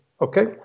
okay